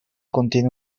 contiene